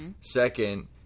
second